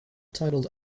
titled